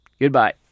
Goodbye